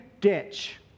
ditch